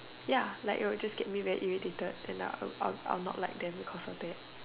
ya like it will just get me very irritated and I I I will not like them because of that